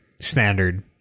standard